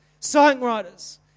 songwriters